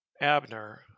Abner